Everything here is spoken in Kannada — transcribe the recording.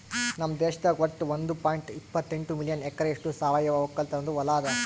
ನಮ್ ದೇಶದಾಗ್ ವಟ್ಟ ಒಂದ್ ಪಾಯಿಂಟ್ ಎಪ್ಪತ್ತೆಂಟು ಮಿಲಿಯನ್ ಎಕರೆಯಷ್ಟು ಸಾವಯವ ಒಕ್ಕಲತನದು ಹೊಲಾ ಅದ